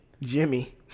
Jimmy